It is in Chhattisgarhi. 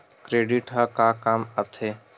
क्रेडिट ह का काम आथे?